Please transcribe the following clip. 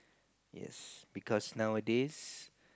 yes because nowadays